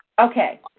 okay